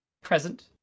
present